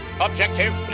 objective